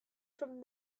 from